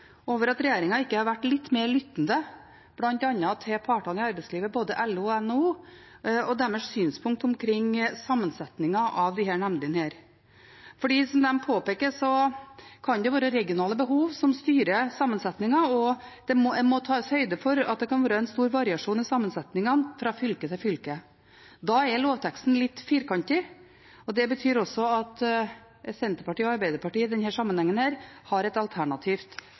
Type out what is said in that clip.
over at regjeringen ikke har vært litt mer lyttende til bl.a. partene i arbeidslivet, både LO og NHO, og deres synspunkter omkring sammensetningen av disse nemndene. Som de påpeker, kan det være regionale behov som styrer sammensetningen, og det må tas høyde for at det kan være en stor variasjon i sammensetningen fra fylke til fylke. Da er lovteksten litt firkantet, og derfor har Senterpartiet og Arbeiderpartiet i denne sammenhengen et alternativt forslag til akkurat det punktet. Med det vil jeg ta opp forslag nr. 3, fra Senterpartiet og SV. Representanten Marit Arnstad har